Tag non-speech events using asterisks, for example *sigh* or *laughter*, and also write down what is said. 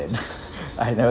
then *noise* *breath* I never